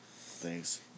Thanks